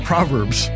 Proverbs